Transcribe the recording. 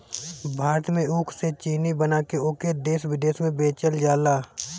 भारत में ऊख से चीनी बना के ओके देस बिदेस में बेचल जाला